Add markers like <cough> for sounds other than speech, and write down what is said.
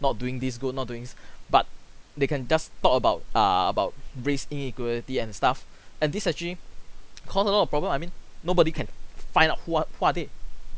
not doing this good not doing this but they can just talk about err about race inequality and stuff <breath> and this actually cost a lot of problem I mean nobody can find out who are who are they